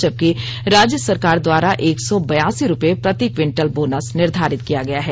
जबकि राज्य सरकार द्वारा एक सौ बयासी रुपये प्रति क्विंटल बोनस निर्धारित किया गया है